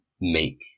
make